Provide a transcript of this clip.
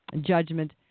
judgment